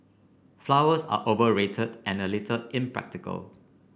flowers are overrated and a little impractical